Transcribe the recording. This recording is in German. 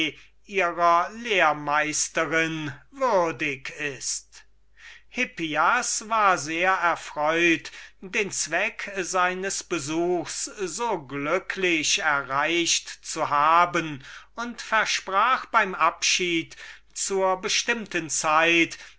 ihrer lehrmeisterin würdig ist hippias war sehr erfreut den zweck seines besuchs so glücklich erreicht zu haben und versprach beim abschied zur bestimmten zeit